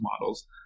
models